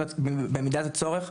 במידת הצורך,